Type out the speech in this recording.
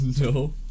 No